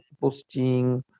posting